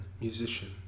musician